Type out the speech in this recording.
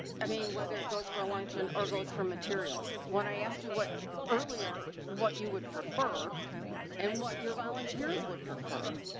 i mean, whether it goes for a luncheon or goes for materials. when i asked you what earlier, what you would prefer and what your volunteers would prefer,